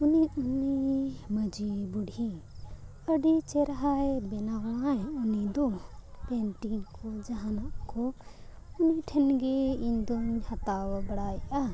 ᱩᱱᱤ ᱢᱟᱹᱡᱷᱤ ᱵᱩᱰᱷᱤ ᱟᱹᱰᱤ ᱪᱮᱨᱦᱟᱭ ᱵᱮᱱᱟᱣ ᱟᱭ ᱩᱱᱤ ᱫᱚ ᱯᱮᱱᱴᱤᱝ ᱠᱚ ᱡᱟᱦᱟᱱᱟᱜ ᱠᱚ ᱩᱱᱤ ᱴᱷᱮᱱ ᱜᱮ ᱤᱧ ᱫᱩᱧ ᱦᱟᱛᱟᱣ ᱵᱟᱲᱟᱭᱮᱜᱼᱟ